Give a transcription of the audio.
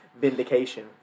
vindication